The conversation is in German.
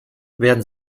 werden